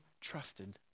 trusted